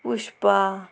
Pushpa